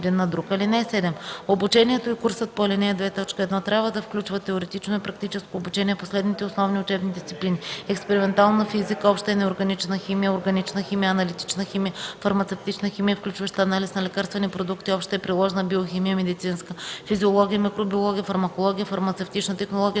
Обучението и курсът по ал. 2, т. 1 трябва да включват теоретично и практическо обучение по следните основни учебни дисциплини: експериментална физика, обща и неорганична химия, органична химия, аналитична химия, фармацевтична химия, включваща анализ на лекарствени продукти, обща и приложна биохимия (медицинска), физиология, микробиология, фармакология, фармацевтична технология,